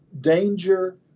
danger